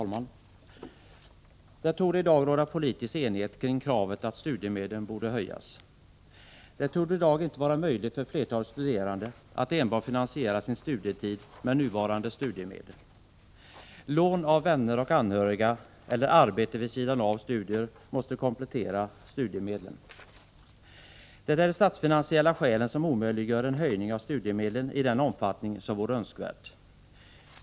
Fru talman! Det torde i dag råda politisk enighet kring kravet att studiemedlen borde höjas. Det torde i dag inte vara möjligt för flertalet studerande att finansiera sina studier med enbart nuvarande studiemedel. Lån av vänner och anhöriga eller arbete vid sidan av studier måste komplettera studiemedlen. Det är de statsfinansiella skälen som omöjliggör en höjning av studiemedlen i den omfattning som vore önskvärd.